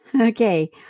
Okay